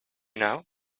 now